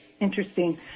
interesting